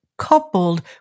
coupled